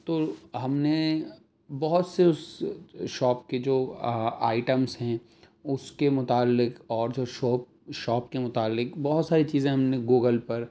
تو ہم نے بہت سے اس شاپ کے جو آئٹمس ہیں اس کے متعلق اور جو شاپ شاپ کے متعلق بہت ساری چیزیں ہم نے گوگل پر